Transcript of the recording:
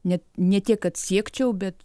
ne ne tiek kad siekčiau bet